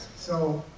so